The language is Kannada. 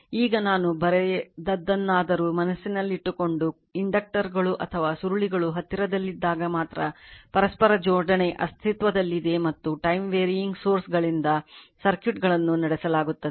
ಈಗ ನಾನು ಬರೆದದನ್ನಾದರೂ ಮನಸ್ಸಿನಲ್ಲಿಟ್ಟುಕೊಳ್ಳಿ ಇಂಡಕ್ಟರುಗಳು ಅಥವಾ ಸುರುಳಿಗಳು ಹತ್ತಿರದಲ್ಲಿದ್ದಾಗ ಮಾತ್ರ ಪರಸ್ಪರ ಜೋಡಣೆ ಅಸ್ತಿತ್ವದಲ್ಲಿದೆ ಮತ್ತು time varying sources ಗಳಿಂದ ಸರ್ಕ್ಯೂಟ್ಗಳನ್ನು ನಡೆಸಲಾಗುತ್ತದೆ